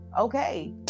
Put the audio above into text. Okay